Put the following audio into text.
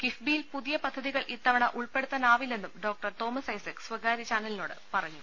കിഫ്ബി യിൽ പുതിയ പദ്ധതികൾ ഇത്തവണ ഉൾപ്പെടുത്താനാവി ല്ലെന്നും ഡോ തോമസ് ഐസക് സ്വകാര്യചാനലിനോട് പറഞ്ഞു